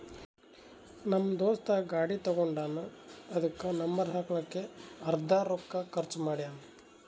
ನಮ್ ದೋಸ್ತ ಗಾಡಿ ತಗೊಂಡಾನ್ ಅದುಕ್ಕ ನಂಬರ್ ಹಾಕ್ಲಕ್ಕೆ ಅರ್ದಾ ರೊಕ್ಕಾ ಖರ್ಚ್ ಮಾಡ್ಯಾನ್